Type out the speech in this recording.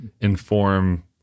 inform